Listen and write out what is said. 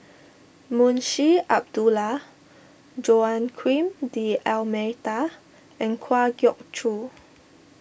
Munshi Abdullah Joaquim D'Almeida and Kwa Geok Choo